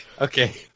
Okay